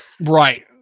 Right